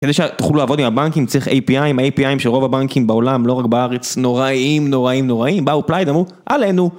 כדי שתוכלו לעבוד עם הבנקים צריך API, עם ה-API שרוב הבנקים בעולם, לא רק בארץ, נוראים, נוראים, נוראים, באו פלייד, אמרו, עלינו.